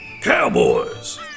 cowboys